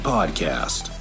Podcast